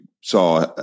saw